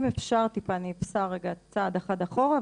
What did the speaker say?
אם אפשר אני אפסע רגע צעד אחד אחורה,